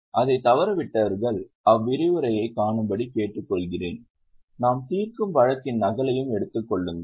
அதைத் தவறவிட்டவர்கள் அவ்விரிவுரையை காணும்படி கேட்டுக்கொள்கிறேன் நாம் தீர்க்கும் வழக்கின் நகலையும் எடுத்துக் கொள்ளுங்கள்